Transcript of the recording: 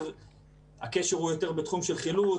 הקשר יותר בתחום של חילוץ,